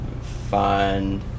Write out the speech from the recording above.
find